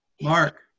Mark